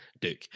Duke